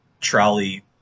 trolley